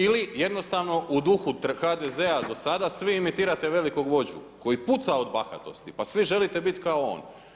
Ili jednostavno u duhu HDZ-a do sada, svi imitirate velikog vođu koji puca od bahatosti, pa svi želite biti kao on.